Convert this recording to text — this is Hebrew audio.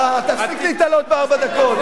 תפסיק להיתלות בארבע דקות.